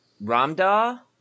Ramda